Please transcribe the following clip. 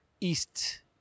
East